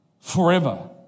forever